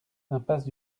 impasse